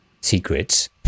secrets